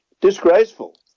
Disgraceful